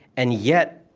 and yet,